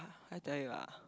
I tell you ah